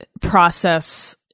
process